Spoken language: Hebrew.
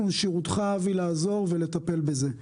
אנחנו לשירותך אבי לעזור ולטפל בזה.